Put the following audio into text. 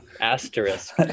Asterisk